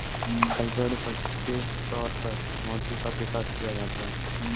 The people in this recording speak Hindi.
कल्चरड पर्ल्स के तौर पर मोती का विकास किया जाता है